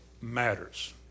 matters